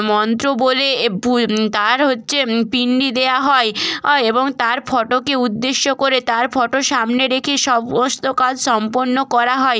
মন্ত্র বলে এ ভুল তার হচ্ছে পিন্ডি দেওয়া হয় অয় এবং তার ফটোকে উদ্দেশ্য করে তার ফটো সামনে রেখে সমস্ত কাজ সম্পন্ন করা হয়